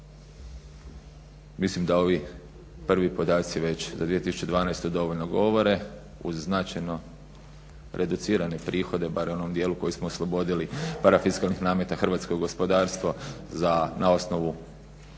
Mislim da ovi prvi podaci već za 2012. dovoljno govore uz značajno reducirane prihode barem u onom dijelu koji smo oslobodili parafiskalnih nameta hrvatsko gospodarstvo na osnovu